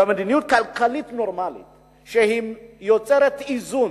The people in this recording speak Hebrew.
במדיניות כלכלית נורמלית שיוצרת איזון